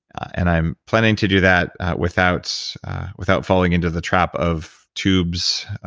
and i'm planning to do that without without falling into the trap of tubes,